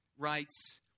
writes